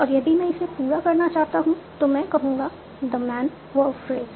और यदि मैं इसे पूरा करना चाहता हूं तो मैं कहूंगा द मैन वर्ब फ्रेज